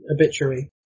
obituary